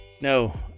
No